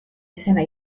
izena